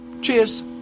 Cheers